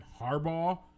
Harbaugh